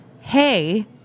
hey